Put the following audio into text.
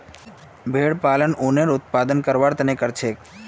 भेड़ पालन उनेर उत्पादन करवार तने करछेक